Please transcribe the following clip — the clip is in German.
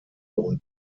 und